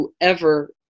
whoever